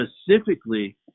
specifically